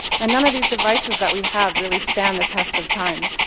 and none of these devices that we have really stand the test of time.